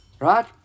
right